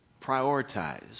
prioritize